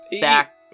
back